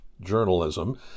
journalism